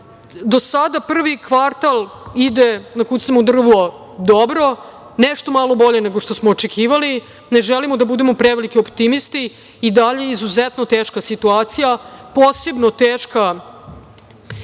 sada prvi kvartal ide, da kucnem u drvo, dobro, nešto malo bolje nego što smo očekivali. Ne želimo da budemo preveliki optimisti. I dalje je izuzetno teška situacija, posebno teška